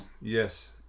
Yes